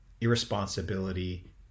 irresponsibility